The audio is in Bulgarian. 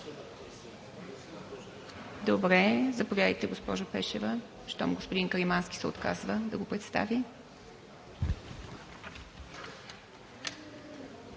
Заповядайте, госпожо Пешева, щом господин Каримански се отказва да го представи.